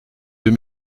deux